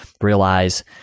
realize